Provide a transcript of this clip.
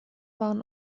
waren